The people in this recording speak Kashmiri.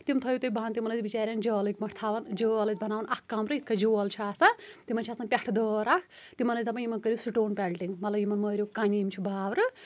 تِم تھٲیِو تُہۍ بنٛد تِمن ٲسۍ بِچارٮ۪ن جٲلٕکۍ پٲٹھۍ تھاوَن جٲل ٲسۍ بناوان اَکھ کَمرٕ یِتھ پٲٹھۍ جول چھُ آسان تِمن چھ آسان پٮ۪ٹھٕ دٲر اَکھ تِمن ٲسۍ دَپان یِمن کٕرِو سِٹون پٮ۪لٹِنٛگ مَطلَب یِمن مٲرِو کَنہِ یِم چھِ باورٕ